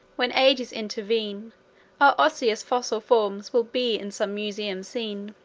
when ages intervene, our osseous fossil forms will be in some museum seen!